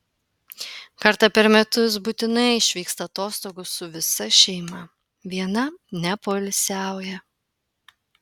kartą per metus būtinai išvyksta atostogų su visa šeima viena nepoilsiauja